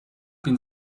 been